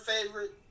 favorite